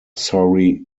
sorry